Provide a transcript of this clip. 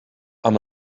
amb